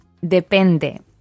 Depende